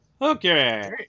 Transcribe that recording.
Okay